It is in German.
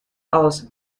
aus